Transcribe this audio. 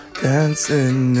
dancing